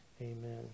amen